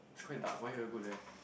it's quite dark why you all go there